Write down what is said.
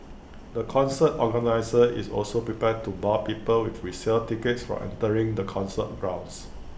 the concert organiser is also prepared to bar people with resale tickets from entering the concert grounds